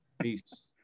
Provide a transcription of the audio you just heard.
peace